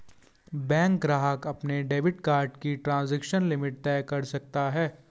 bank ग्राहक अपने debit card की ट्रांज़ैक्शन लिमिट तय कर सकता है